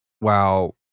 wow